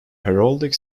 heraldic